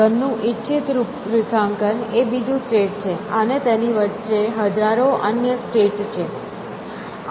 ઘનનું ઇચ્છિત રૂપરેખાંકન એ બીજું સ્ટેટ છે અને તેની વચ્ચે હજારો અન્ય સ્ટેટ છે